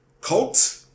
cult